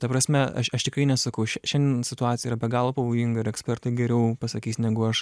ta prasme aš aš tikrai nesakau šia šiandien situacija yra be galo pavojinga ir ekspertai geriau pasakys negu aš